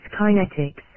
kinetics